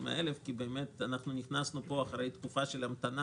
כי באמת נכנסנו פה אחרי תקופה של המתנה